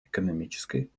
экономической